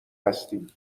هستی